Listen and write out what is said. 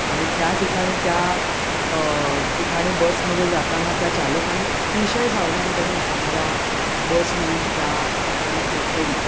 आणि त्या ठिकाणी त्या ठिकाणी बसमध्ये जाताना त्या चालकानी अतिशय सावधानतेने आम्हाला बसमधनं त्या ठिकाणी पोचवलं